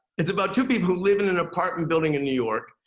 it's about two people who live in an apartment building in new york,